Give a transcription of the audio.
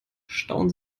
stauen